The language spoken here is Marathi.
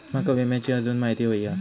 माका विम्याची आजून माहिती व्हयी हा?